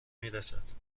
میرسد